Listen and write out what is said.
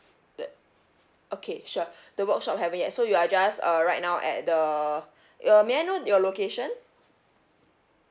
uh okay sure the workshop haven't yet so you are just uh right now at the uh may I know your location